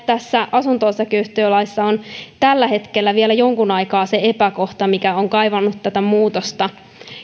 asunto osakeyhtiölaissa on tällä hetkellä vielä jonkun aikaa se epäkohta mikä on kaivannut tätä muutosta